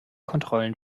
kontrollen